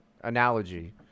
...analogy